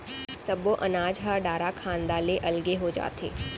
सब्बो अनाज ह डारा खांधा ले अलगे हो जाथे